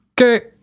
Okay